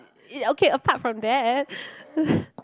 uh okay apart from that